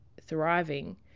thriving